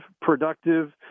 productive